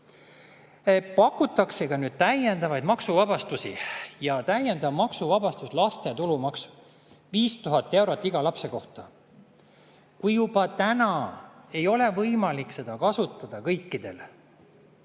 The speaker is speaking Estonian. Pakutakse ka täiendavaid maksuvabastusi. Üks täiendav maksuvabastus oleks laste tulumaks: 5000 eurot iga lapse kohta. Kui juba täna ei ole võimalik seda kasutada kõikidel,